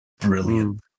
brilliant